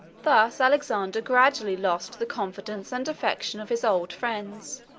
thus alexander gradually lost the confidence and affection of his old friends,